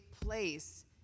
place